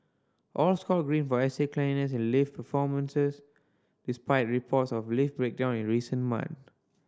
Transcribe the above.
all scored Green for estate cleanliness and lift performances despite reports of lift breakdown in recent months